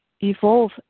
evolve